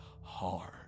hard